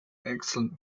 excellent